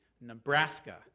Nebraska